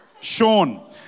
Sean